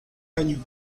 año